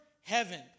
heaven